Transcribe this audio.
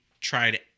tried